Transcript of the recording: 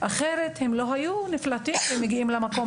אחרת הם לא היו נקלטים ומגיעים למקום